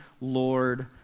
Lord